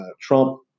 Trump